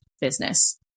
business